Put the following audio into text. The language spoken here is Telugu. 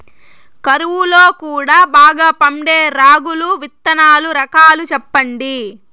కరువు లో కూడా బాగా పండే రాగులు విత్తనాలు రకాలు చెప్పండి?